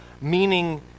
meaning